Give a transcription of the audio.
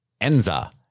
Enza